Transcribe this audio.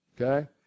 okay